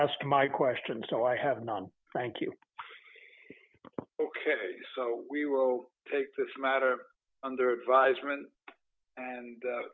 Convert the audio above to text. asked my question so i have no thank you so we will take this matter under advisement and